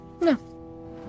No